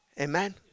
Amen